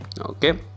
Okay